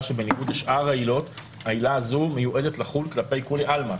שבניגוד לשאר העילות העילה הזו מיועדת לחול כלפי כולי עלמא,